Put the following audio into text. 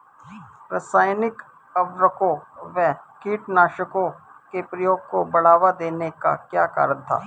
रासायनिक उर्वरकों व कीटनाशकों के प्रयोग को बढ़ावा देने का क्या कारण था?